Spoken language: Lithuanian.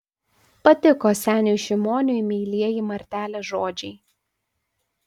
patiko seniui šimoniui meilieji martelės žodžiai